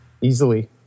easily